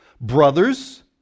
Brothers